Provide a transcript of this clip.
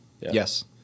Yes